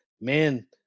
man